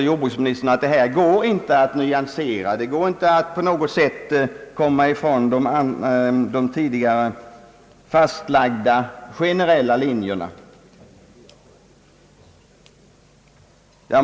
Jordbruksministern säger också att det är omöjligt att nyansera tillämpningen av föreskrifterna eller på något annat sätt komma ifrån fastslagna generella linjer.